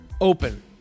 open